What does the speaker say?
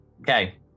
Okay